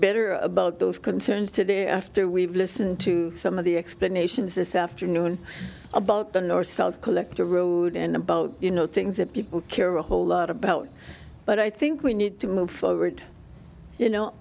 better about those concerns today after we've listened to some of the explanations this afternoon about the norse celt collector rude and about you know things that people care a whole lot about but i think we need to move forward you know